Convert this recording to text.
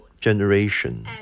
generation